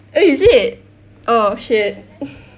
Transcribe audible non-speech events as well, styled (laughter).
eh is it oh shit (laughs)